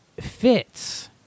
fits